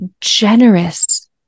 generous